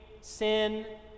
sin